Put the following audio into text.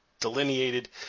delineated